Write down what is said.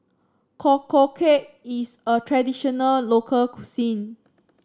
Korokke is a traditional local cuisine